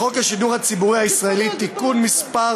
בחוק השידור הציבורי הישראלי (תיקון מס'